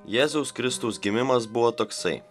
jėzaus kristaus gimimas buvo toksai